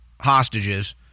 hostages